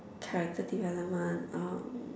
character development um